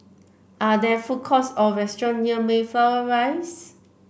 are there food courts or restaurants near Mayflower Rise